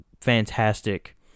fantastic